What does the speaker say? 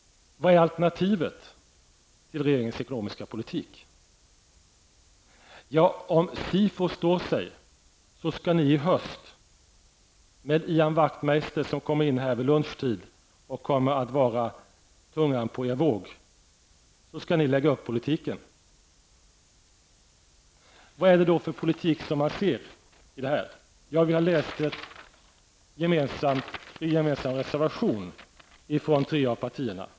Vad är alternativet till regeringens ekonomiska politik? Om SIFOs siffror står sig skall ni i höst tillsammans med Ian Wachmeister som kommer in här ''vid lunchtid'' som tungan på en våg att lägga upp politiken. Vad är det för politik? Vi har läst en gemensam reservation ifrån tre av partierna.